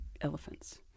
elephants